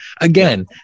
Again